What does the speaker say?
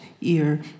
ear